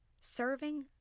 serving